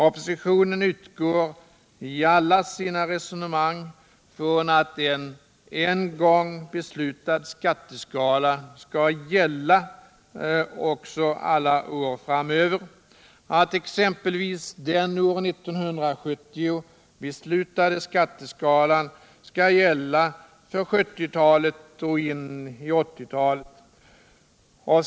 Oppositionen utgår i alla sina resonemang från att en skatteskala som en gång beslutats också skall gälla framdeles, t.ex. att den år 1970 beslutade skatteskalan skall gälla för 1970-talet och in på 1980-talet.